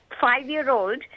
five-year-old